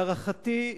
להערכתי,